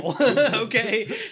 Okay